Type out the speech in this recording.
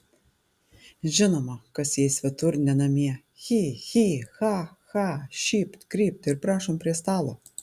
žinoma kas jai svetur ne namie chi chi cha cha šypt krypt ir prašom prie stalo